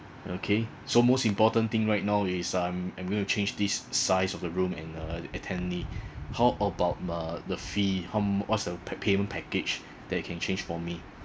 okay so most important thing right now is I'm I'm going to change this size of the room and uh attendee how about uh the fee how what's the pay~ payment package that you can change for me